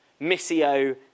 missio